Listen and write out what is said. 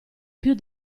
più